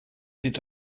sieht